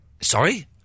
Sorry